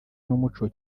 n’umuco